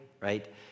right